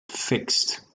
fixed